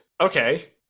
Okay